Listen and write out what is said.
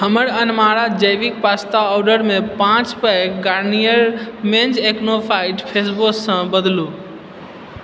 हमर अनमारा जैविक पास्ता ऑर्डरकेँ पाँच pack Garnier men's AcnoFight face wash सँ बदलु